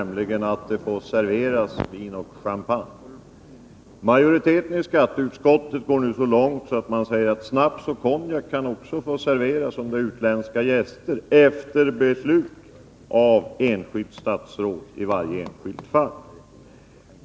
Jo, att det får serveras vin och champagne. Majoriteten i skatteutskottet går nu så långt att man säger att också snaps och konjak kan få serveras vid besök av utländska gäster. Men det får bara ske efter beslut av vederbörande statsråd i varje enskilt fall.